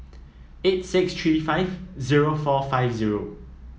eight six three five zero four five zero